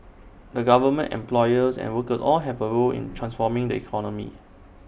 the government employers and workers all have A role in transforming the economy